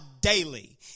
daily